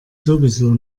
sowieso